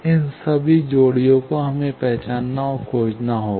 इन सभी जोड़ियों को हमें पहचानना और खोजना होगा